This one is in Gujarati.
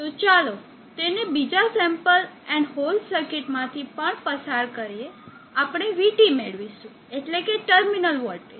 તો ચાલો તેને બીજા સેમ્પલ એન્ડ હોલ્ડ સર્કિટ માંથી પણ પસાર કરીએ આપણે vT મેળવીશું એટલે કે ટર્મિનલ વોલ્ટેજ